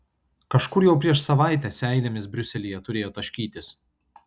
kažkur jau prieš savaitę seilėmis briuselyje turėjo taškytis